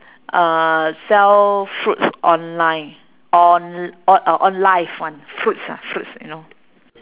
uh sell fruits online on~ on live [one] fruits ah fruits you know